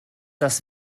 das